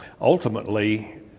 ultimately